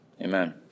Amen